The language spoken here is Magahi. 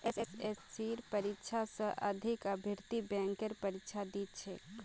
एसएससीर परीक्षा स अधिक अभ्यर्थी बैंकेर परीक्षा दी छेक